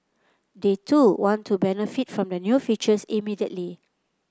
they too want to benefit from the new features immediately